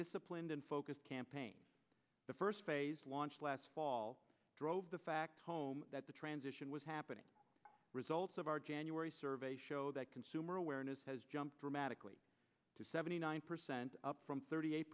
disciplined and focused campaign the first phase launched last fall drove the fact that the transition was happening results of our january survey show that consumer awareness has jumped dramatically to seventy nine percent up from thirty eight